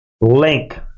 link